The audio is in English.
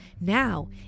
Now